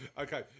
Okay